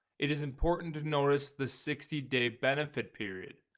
it is important to notice the sixty day benefit period,